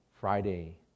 Friday